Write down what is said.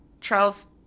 Charles